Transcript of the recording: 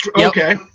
Okay